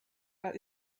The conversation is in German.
war